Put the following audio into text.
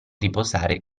riposare